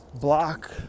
block